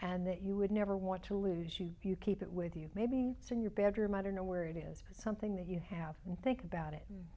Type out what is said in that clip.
and that you would never want to lose you you keep it with you maybe it's in your bedroom i don't know where it is something that you have and think about it and